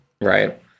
Right